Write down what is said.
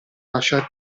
lasciar